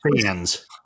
fans